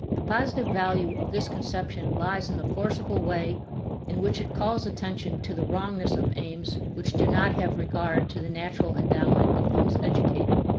the positive value of this conception lies in the forcible way in which it calls attention to the wrongness of aims which do not have regard to the natural endowment of those educated.